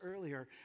earlier